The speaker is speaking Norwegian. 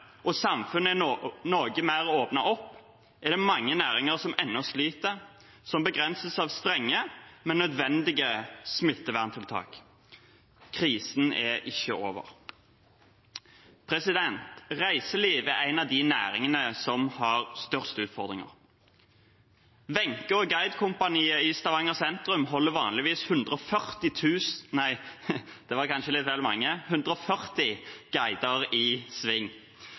og samfunnet er noe mer åpnet opp, er det mange næringer som ennå sliter, som begrenses av strenge, men nødvendige smitteverntiltak. Krisen er ikke over. Reiseliv er en av de næringene som har størst utfordringer. Wenche og GuideCompaniet i Stavanger sentrum holder vanligvis 140 guider i sving. De har omstilt seg og tenkt å holde folk i